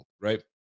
right